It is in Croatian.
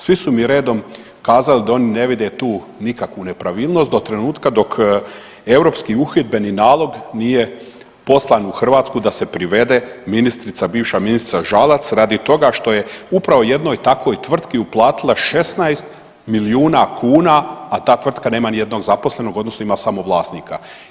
Svi su mi redom kazali da oni ne vide tu nikakvu nepravilnost do trenutka dok europski uhidbeni nalog nije poslan u Hrvatsku da se privede ministrica, bivša ministrica Žalac radi toga što je upravo jednoj takvoj tvrtki uplatila 16 milijuna kuna, a ta tvrtka nema nijednog zaposlenog odnosno ima samo vlasnika.